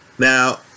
Now